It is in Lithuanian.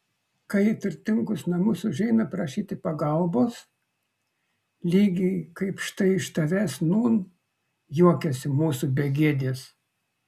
kai į turtingus namus užeina prašyti pagalbos lygiai kaip štai iš tavęs nūn juokiasi mūsų begėdės